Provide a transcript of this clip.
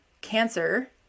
cancer